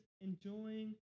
enjoying